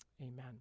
Amen